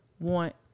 want